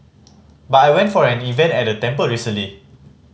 but I went for an event at a temple recently